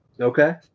Okay